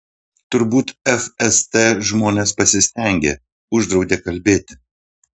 turbūt fst žmonės pasistengė uždraudė kalbėti